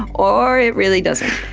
or it really doesn't.